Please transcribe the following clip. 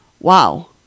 wow